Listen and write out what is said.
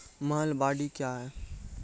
महलबाडी क्या हैं?